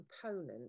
component